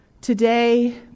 today